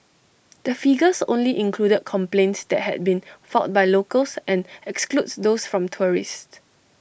the figures only included complaints that had been filed by locals and excludes those from tourists